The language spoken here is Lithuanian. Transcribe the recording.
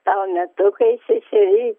tau metukai šešeri